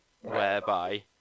whereby